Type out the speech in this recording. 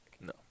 No